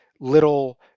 little